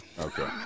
Okay